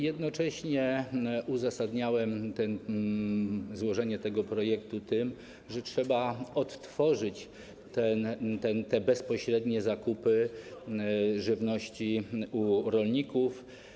Jednocześnie uzasadniałem złożenie tego projektu tym, że trzeba odtworzyć bezpośrednie zakupy żywności u rolników.